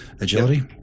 agility